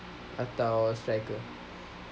atau striker